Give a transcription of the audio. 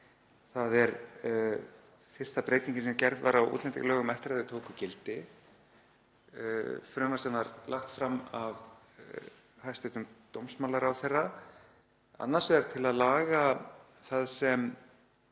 Það er fyrsta breytingin sem gerð var á útlendingalögum eftir að þau tóku gildi, frumvarp sem var lagt fram af hæstv. dómsmálaráðherra, annars vegar til að laga það sem